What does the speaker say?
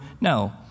No